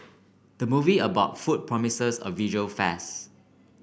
the movie about food promises a visual feasts